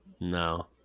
No